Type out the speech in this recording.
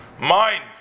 mind